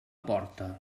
porta